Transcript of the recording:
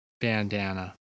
bandana